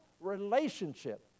relationship